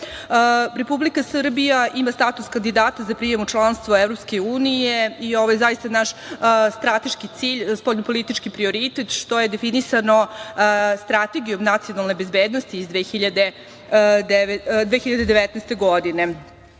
Srbija ima status kandidata za prijemu u članstvo EU i ovo je zaista naš strateški cilj, spoljno-politički prioritet, što je definisano Strategijom nacionalne bezbednosti iz 2019. godine.